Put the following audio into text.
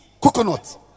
Coconut